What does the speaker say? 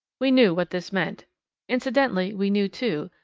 we knew what this meant incidentally we knew, too,